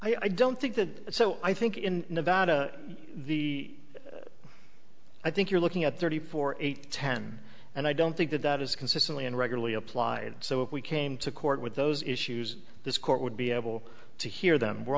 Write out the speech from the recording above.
i don't think that so i think in nevada the i think you're looking at thirty four eight ten and i don't think that that is consistently and regularly applied so if we came to court with those issues this court would be able to hear them we're